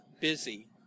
busy